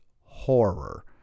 horror